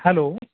hello